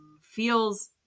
feels